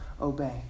obey